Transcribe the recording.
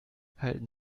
halten